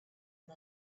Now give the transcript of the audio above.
and